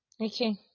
okay